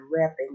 wrapping